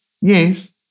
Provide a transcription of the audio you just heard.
Yes